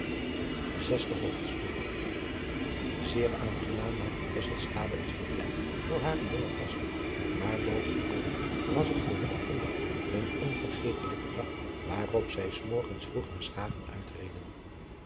zesde hoofdstuk zeer aangenaam maakte tesselschade het verblijf voor hare jonge gasten maar boven alle was het voor hillegonda een onvergetelijke dag waarop zij s morgens vroeg naar schagen uitreden